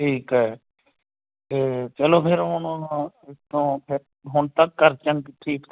ਠੀਕ ਹੈ ਅਤੇ ਚਲੋ ਫਿਰ ਹੁਣ ਇੱਥੋਂ ਹੁਣ ਤੱਕ ਕਰ ਚਲ ਠੀਕ